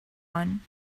one